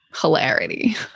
hilarity